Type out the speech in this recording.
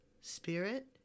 Spirit